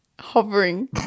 Hovering